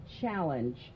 challenge